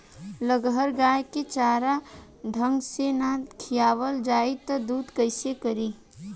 लगहर गाय के चारा ढंग से ना खियावल जाई त दूध कईसे करी